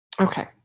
Okay